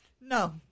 No